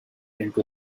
into